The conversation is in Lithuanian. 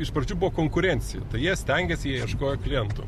iš pradžių buvo konkurencija tai jie stengėsi jie ieškojo klientų